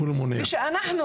ושאנחנו,